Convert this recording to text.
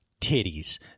Titties